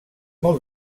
molt